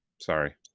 Sorry